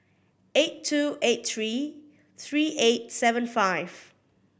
eight two eight three three eight seven five